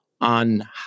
on